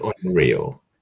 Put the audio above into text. unreal